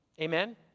Amen